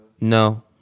No